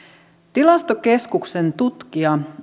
tilastokeskuksen tutkija